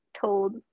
told